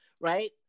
right